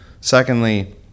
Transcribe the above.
secondly